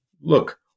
look